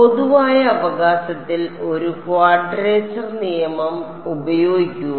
പൊതുവായ അവകാശത്തിൽ ഒരു ക്വാഡ്രേച്ചർ നിയമം ഉപയോഗിക്കുക